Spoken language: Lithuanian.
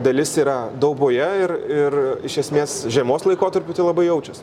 dalis yra dauboje ir ir iš esmės žiemos laikotarpiu tai labai jaučiasi